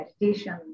meditation